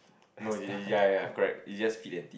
no ya ya correct he just speak it